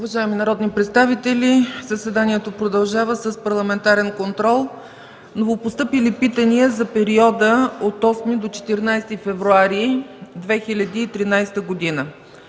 Уважаеми народни представители, заседанието продължава с: ПАРЛАМЕНТАРЕН КОНТРОЛ. Новопостъпили питания за периода от 8 до 14 февруари 2013 г.: